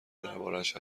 دربارهاش